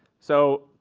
so,